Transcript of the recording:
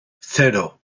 cero